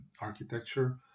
architecture